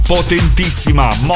Potentissima